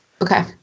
Okay